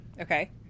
Okay